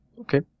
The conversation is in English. Okay